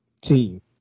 team